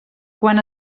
quan